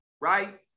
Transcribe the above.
right